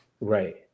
right